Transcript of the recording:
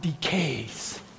decays